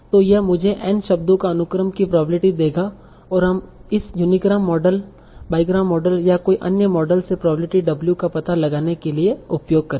तो यह मुझे n शब्दों का अनुक्रम की प्रोबेब्लिटी देगा और हम इस यूनीग्राम मॉडल बाईग्राम मॉडल या कोई अन्य मॉडल से प्रोबेब्लिटी W का पता लगाने के लिए का उपयोग करेंगे